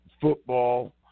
football